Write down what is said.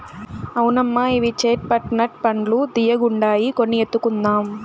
అవునమ్మా ఇవి చేట్ పట్ నట్ పండ్లు తీయ్యగుండాయి కొన్ని ఎత్తుకుందాం